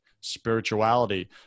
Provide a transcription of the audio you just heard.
spirituality